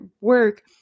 work